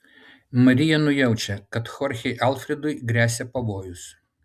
marija nujaučia kad chorchei alfredui gresia pavojus